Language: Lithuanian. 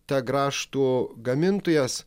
ta grąžtų gamintojas